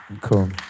Cool